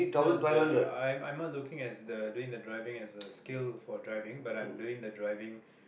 no the I'm I'm not looking as the doing the driving as a skill for driving but I'm doing the driving